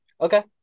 okay